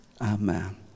Amen